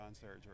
surgery